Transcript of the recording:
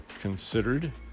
considered